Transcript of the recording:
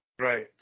Right